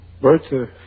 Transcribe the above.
Bertha